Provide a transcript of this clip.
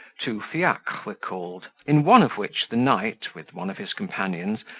two fiacres were called, in one of which the knight, with one of his companions,